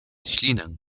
ślinę